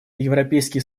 европейский